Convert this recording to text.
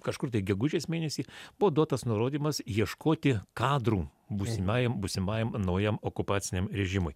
kažkur tai gegužės mėnesį buvo duotas nurodymas ieškoti kadrų būsimajam būsimajam naujam okupaciniam režimui